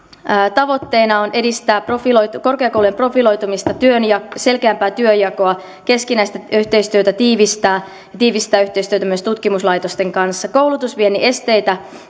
tavoitteena on edistää korkeakoulujen profiloitumista ja saada selkeämpi työnjako tiivistää keskinäistä yhteistyötä ja tiivistää yhteistyötä myös tutkimuslaitosten kanssa koulutusviennin esteitä